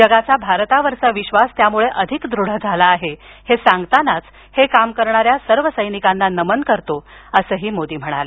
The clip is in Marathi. जगाचा भारतावरचा विश्वास अधिक दृढ झाला आहे असं सांगतानाच हे काम करणाऱ्या सर्व सैनिकांना नमन करतो असंही मोदी म्हणाले